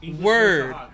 Word